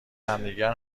همدیگر